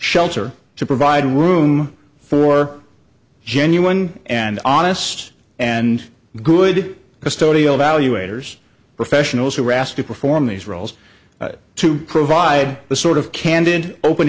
shelter to provide room for genuine and honest and good study of value waiters professionals who are asked to perform these roles to provide the sort of candid open